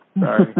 Sorry